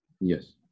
yes